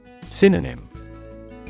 Synonym